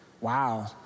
Wow